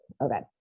Okay